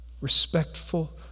respectful